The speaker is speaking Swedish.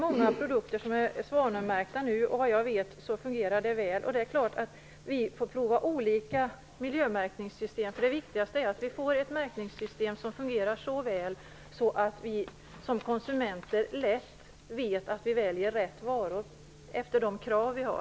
Många produkter är nu märkta med svanen. Vad jag vet fungerar det väl. Det är klart att vi får prova olika miljömärkningssystem, för det viktigaste är att vi får ett märkningssystem som fungerar så väl att vi som konsumenter lätt vet att vi väljer rätt varor efter de krav vi har.